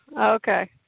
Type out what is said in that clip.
Okay